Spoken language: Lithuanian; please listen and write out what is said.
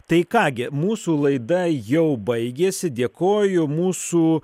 tai ką gi mūsų laida jau baigėsi dėkoju mūsų